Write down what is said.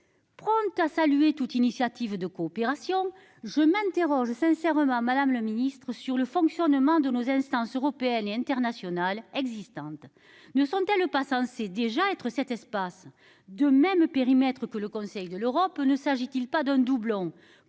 Prompt à saluer toute initiative de coopération. Je m'interroge sincèrement Madame le Ministre sur le fonctionnement de nos instances européennes et internationales existantes ne sont-elles pas, c'est déjà être cet espace de même périmètre que le Conseil de l'Europe ne s'agit-il pas d'un doublon